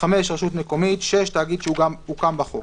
(5)רשות מקומית, (6)תאגיד שהוקם בחוק.